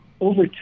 over